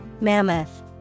Mammoth